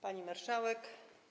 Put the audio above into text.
Pani Marszałek!